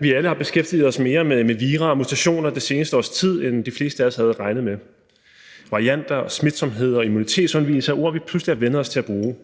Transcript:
vi alle har beskæftiget os mere med vira og mutationer det seneste års tid, end de fleste af os havde regnet med. Varianter, smitsomhed og immunitetsundvigelse er ord, vi pludselig har vænnet os til at bruge.